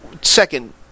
second